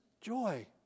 joy